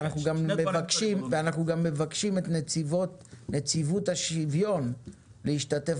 אנחנו מבקשים מנציבות השוויון להשתתף